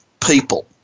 people